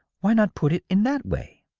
why not put it in that way?